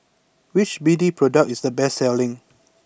which B D product is the best selling